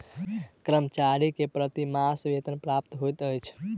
कर्मचारी के प्रति मास वेतन प्राप्त होइत अछि